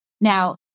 Now